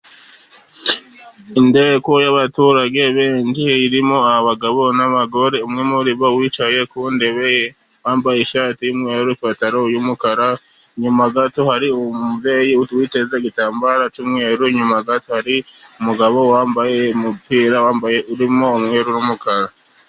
Inteko y'aturage benshi irimo abagabo n'abagore, umwe muri bo wicaye ku ntebe, bambaye ishati y'umweru n'ipantaro y'umukara, inyuma gato hari umubyeyi uteze igitambaro cy'umweru, inyuma gato hari umugabo wambaye umupira urimo umweru n'umukara.